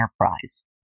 enterprise